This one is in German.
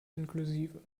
inklusive